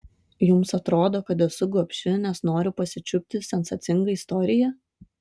jums atrodo kad esu gobši nes noriu pasičiupti sensacingą istoriją